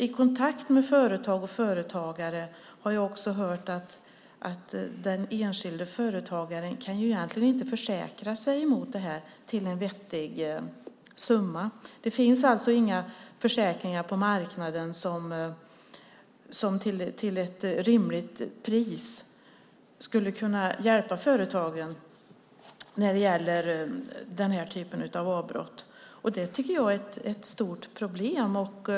I kontakt med företag och företagare har jag också hört att den enskilde företagaren egentligen inte kan försäkra sig mot sådant här till en vettig summa. Det finns alltså inga försäkringar på marknaden som till ett rimligt pris skulle kunna hjälpa företagen när det gäller den här typen av avbrott. Det tycker jag är ett stort problem.